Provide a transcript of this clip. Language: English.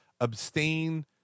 abstain